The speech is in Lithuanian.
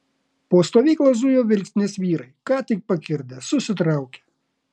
po stovyklą zujo vilkstinės vyrai ką tik pakirdę susitraukę